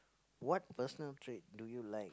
what personal trait do you like